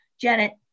Janet